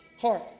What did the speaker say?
Heart